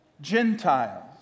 Gentiles